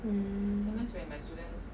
mm